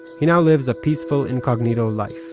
he now lives a peaceful incognito life,